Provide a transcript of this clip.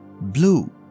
blue